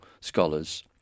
scholars